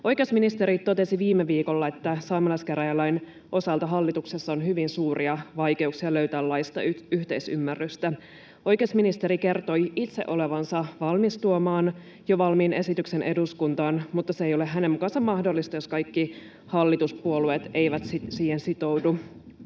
Oikeusministeri totesi viime viikolla, että saamelaiskäräjälain osalta hallituksessa on hyvin suuria vaikeuksia löytää laista yhteisymmärrystä. Oikeusministeri kertoi itse olevansa valmis tuomaan jo valmiin esityksen eduskuntaan, mutta se ei ole hänen mukaansa mahdollista, jos kaikki hallituspuolueet eivät siihen sitoudu.